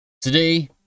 Today